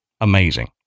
Amazing